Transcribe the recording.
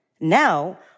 Now